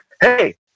hey